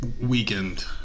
weekend